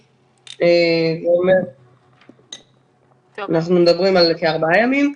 אנחנו מדברים על כארבעה ימים,